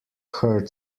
heard